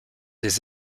des